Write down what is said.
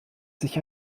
sich